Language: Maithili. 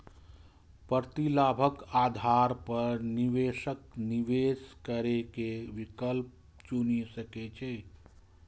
प्रतिलाभक आधार पर निवेशक निवेश करै के विकल्प चुनि सकैए